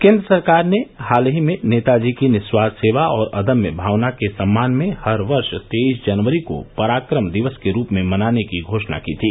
केन्द्र सरकार ने हाल ही में नेताजी की निस्वार्थ सेवा और अदम्य भावना के सम्मान में हर वर्ष तेईस जनवरी को पराक्रम दिवस के रूप में मनाने की घोषणा की थी